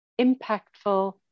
impactful